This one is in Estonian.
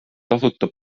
tasuta